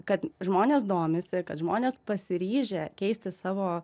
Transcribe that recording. kad žmonės domisi kad žmonės pasiryžę keisti savo